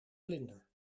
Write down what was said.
vlinder